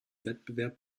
wettbewerb